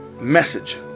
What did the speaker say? message